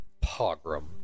pogrom